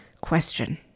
question